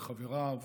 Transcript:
לחבריו,